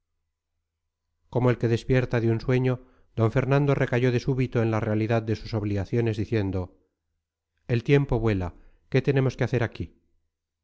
como el que despierta de un sueño don fernando recayó de súbito en la realidad de sus obligaciones diciendo el tiempo vuela qué tenemos que hacer aquí